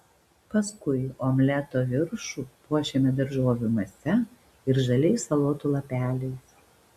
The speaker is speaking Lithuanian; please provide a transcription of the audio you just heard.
paskui omleto viršų puošiame daržovių mase ir žaliais salotų lapeliais